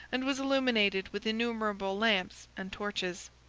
and was illuminated with innumerable lamps and torches.